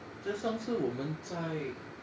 这上次我们在